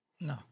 No